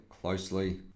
closely